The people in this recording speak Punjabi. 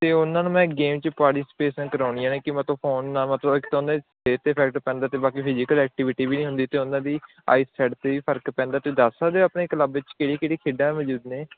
ਤਾਂ ਉਹਨਾਂ ਨੂੰ ਮੈਂ ਗੇਮ 'ਚ ਪਾਰਟੀਸਪੇਸਨ ਕਰਾਉਣੀ ਆ ਕਿ ਮੈਂ ਤੋਂ ਫੋਨ ਨਾ ਮਤਲਬ ਇੱਕ ਤਾਂ ਉਹਨਾਂ ਦੇ ਸਿਹਤ ਤੇ ਫੈਕਟ ਪੈਂਦਾ ਅਤੇ ਬਾਕੀ ਫਿਜੀਕਲ ਐਕਟੀਵਿਟੀ ਵੀ ਨਹੀਂ ਹੁੰਦੀ ਅਤੇ ਉਹਨਾਂ ਦੀ ਆਈ ਸਾਈਟ 'ਤੇ ਵੀ ਫ਼ਰਕ ਪੈਂਦਾ ਤੁਸੀਂ ਦੱਸ ਸਕਦੇ ਹੋ ਆਪਣੇ ਕਲੱਬ ਵਿੱਚ ਕਿਹੜੀਆਂ ਕਿਹੜੀਆਂ ਖੇਡਾਂ ਮੌਜੂਦ ਨੇ